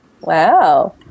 Wow